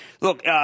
look